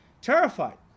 terrified